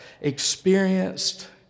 experienced